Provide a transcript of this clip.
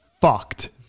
fucked